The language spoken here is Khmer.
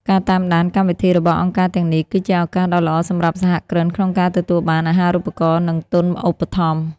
ការតាមដានកម្មវិធីរបស់អង្គការទាំងនេះ គឺជាឱកាសដ៏ល្អសម្រាប់សហគ្រិនក្នុងការទទួលបាន "អាហារូបករណ៍ និងទុនឧបត្ថម្ភ"។